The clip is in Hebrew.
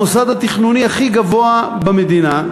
המוסד התכנוני הכי גבוה במדינה,